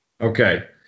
Okay